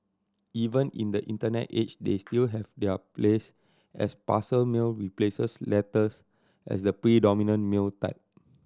even in the internet age they still have their place as parcel mail replaces letters as the predominant mail type